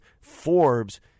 FORBES